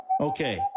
Okay